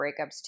breakups